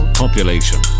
population